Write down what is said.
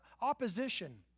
opposition